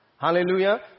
Hallelujah